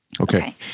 Okay